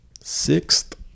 sixth